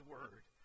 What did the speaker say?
Word